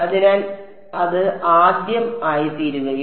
അതിനാൽ അത് ആദ്യം ആയിത്തീരുകയും